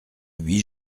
huit